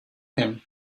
him